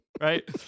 right